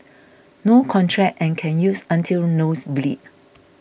no contract and can use until nose bleed